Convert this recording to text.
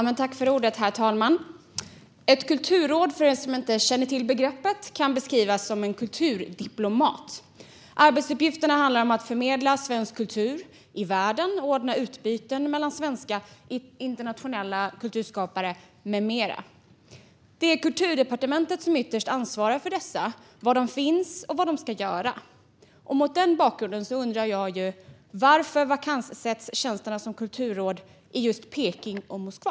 Herr talman! Ett kulturråd, för er som inte känner till begreppet, kan beskrivas som en kulturdiplomat. Arbetsuppgifterna handlar om att förmedla svensk kultur i världen och ordna utbyten mellan svenska internationella kulturskapare med mera. Det är Kulturdepartementet som ytterst ansvarar för kulturråden - var de finns och vad de ska göra. Mot den bakgrunden undrar jag varför tjänsterna som kulturråd vakanssätts i just Peking och Moskva.